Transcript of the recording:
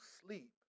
sleep